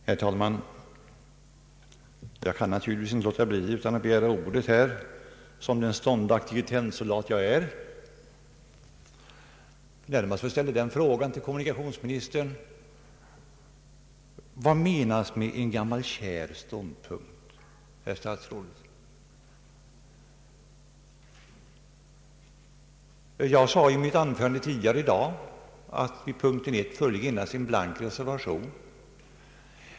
Herr talman! Jag kan naturligtvis inte låta bli att begära ordet här, som den ståndaktige tennsoldat jag är. Jag vill närmast fråga kommunikationsministern: Vad menas med en gammal kär ståndpunkt, herr statsråd? Jag sade i mitt anförande tidigare i dag att under punkten 1 föreligger endast en blank reservation.